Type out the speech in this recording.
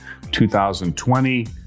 2020